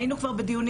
היינו כבר בדיונים,